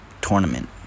tournament